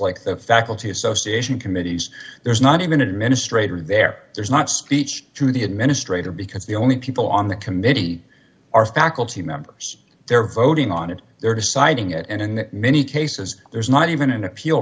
like the faculty association committees there's not even administrator there there's not speech to the administrator because the only people on the committee are faculty members they're voting on it they're deciding it and in many cases there's not even an appeal